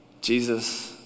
Jesus